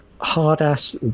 hard-ass